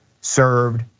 served